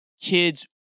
Kids